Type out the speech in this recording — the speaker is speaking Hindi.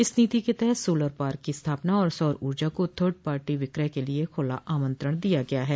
इस नीति के तहत सोलर पार्क को स्थापना और सौर ऊर्जा को थड पार्टी विक्रय के लिये खुला आमंत्रण दिया गया है